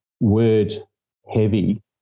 word-heavy